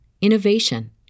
innovation